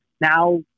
now